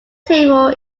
table